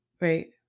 right